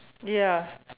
ya